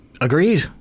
Agreed